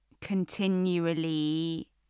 continually